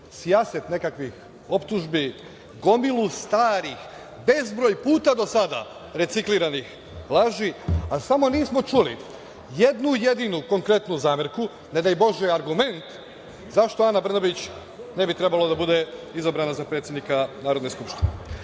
sijaset nekakvih optužbi, gomilu starih, bezbroj puta do sada recikliranih laži, a samo nismo čuli jednu jedinu konkretnu zamerku, ne daj bože argument, zašto Ana Brnabić ne bi trebala da bude izabrana za predsednika Narodne skupštine.